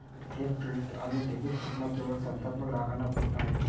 थेट क्रेडिट आणि डेबिट सूचना केवळ संस्थात्मक ग्राहकांना उपलब्ध आहेत